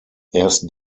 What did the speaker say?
erst